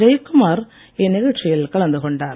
ஜெயகுமார் இந்நிகழ்ச்சிகளில் கலந்து கொண்டார்